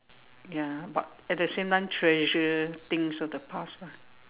ya but at the same time treasure things of the past lah